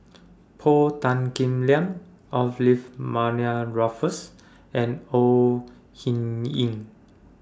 Paul Tan Kim Liang Olivia Mariamne Raffles and Au Hing Yee